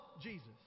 Jesus